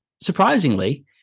Surprisingly